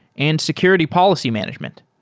and security policy management.